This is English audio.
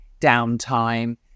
downtime